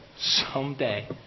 someday